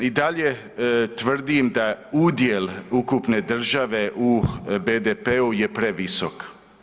I dalje tvrdim da udjel ukupne države u BDP-u je previsok.